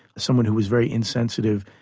someone who was very insensitive,